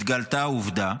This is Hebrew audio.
התגלתה עובדה,